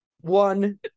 one